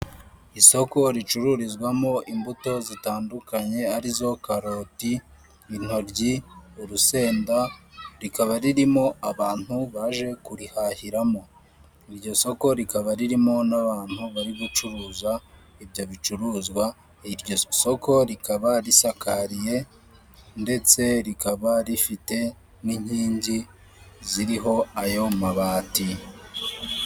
Isoko ricururizwamo imbuto zitandukanye arizo karoti, intoryi, urusenda rikaba ririmo abantu baje kuri hahiramo iryo soko rikaba ririmo n'abantu bari gucuruza ibyo bicuruzwa iryo soko rikaba risakariye ndetse rikaba rifite n'inkingi ziriho ayo mabati.